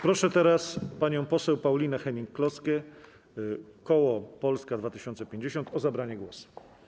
Proszę teraz panią poseł Paulinę Hennig-Kloskę, koło Polska 2050, o zabranie głosu.